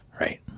Right